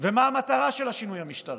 ומה המטרה של השינוי המשטרי.